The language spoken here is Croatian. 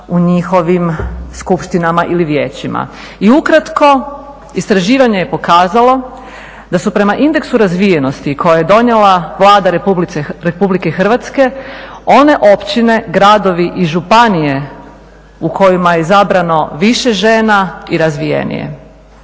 u njihovim skupštinama ili vijećima. I ukratko istraživanje je pokazalo da su prema indeksu razvijenosti koje je donijela Vlada RH one općine, gradovi i županije u kojima je izabrano više žena i razvijenije.